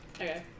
Okay